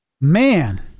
Man